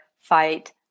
fight